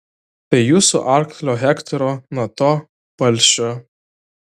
tai jūsų arklio hektoro na to palšio